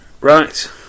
right